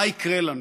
מה יקרה לנו?